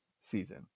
season